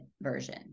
version